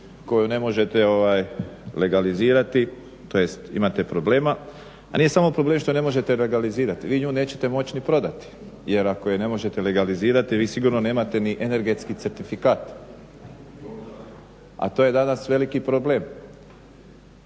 koju ne možete legalizirati tj. imate problema. A nije samo problem što je ne možete legalizirati, vi nju nećete moći ni prodati jer ako je ne možete legalizirati, vi sigurno nemate ni energetski certifikat a to je danas veliki problem